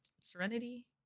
Serenity